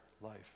life